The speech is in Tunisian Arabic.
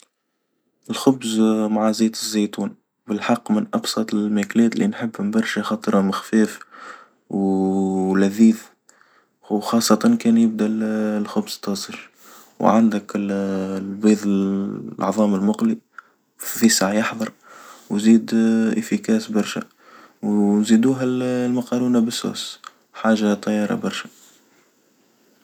الخبز مع زيت الزيتون بالحق من أبسط الماكلات اللي نحبهم برشا خاطر هم خفاف أو لذيذ وخاصة كان يبدا الخبز طازج، وعندك البيظ العظام المقلي ذي ساعة يحضر و زيد في كاس برشا وزيدوها المكرونة بالصوص حاجة طيبة برشا.